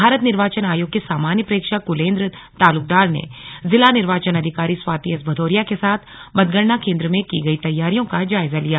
भारत निर्वाचन आयोग के सामान्य प्रेक्षक कुलेन्द्र तालुकदार ने जिला निर्वाचन अधिकारी स्वाति एस भदौरिया के साथ मतगणना केन्द्र में की गई तैयारियों का जायजा लिया